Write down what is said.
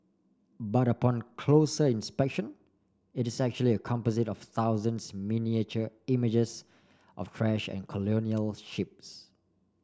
but upon closer inspection it is actually a composite of thousands miniature images of trash and colonial ships